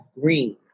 green